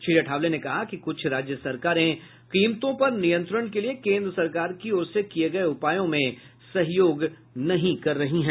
श्री अठावले ने कहा कि कुछ राज्य सरकारें कीमतों पर नियंत्रण के लिये केन्द्र सरकार की ओर से किये गये उपायों में सहयोग नहीं कर रही है